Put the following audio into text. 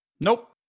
Nope